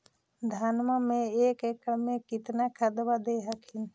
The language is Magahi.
धनमा मे एक एकड़ मे कितना खदबा दे हखिन?